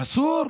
אסור.